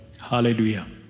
Hallelujah